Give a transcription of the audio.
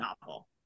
novel